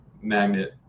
magnet